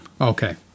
Okay